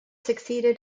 succeeded